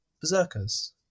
Berserkers